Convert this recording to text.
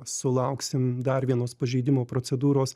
sulauksim dar vienos pažeidimo procedūros